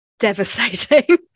devastating